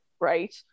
right